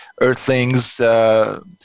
earthlings